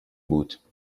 بود